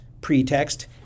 pretext